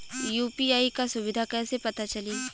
UPI क सुविधा कैसे पता चली?